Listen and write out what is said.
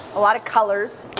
a lot of colors.